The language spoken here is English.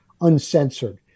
uncensored